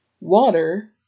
water